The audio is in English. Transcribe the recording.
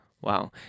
Wow